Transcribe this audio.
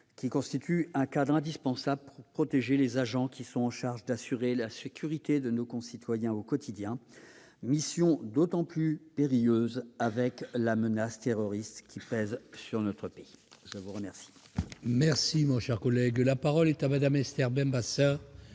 constitue un cadre indispensable pour protéger les agents qui sont chargés d'assurer la sécurité de nos concitoyens au quotidien, mission d'autant plus périlleuse du fait de la menace terroriste qui pèse sur notre pays. La parole